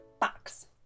box